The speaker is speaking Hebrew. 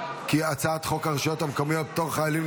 לוועדה את הצעת חוק הרשויות המקומיות (פטור חיילים,